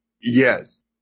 Yes